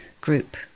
group